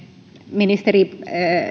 ministeri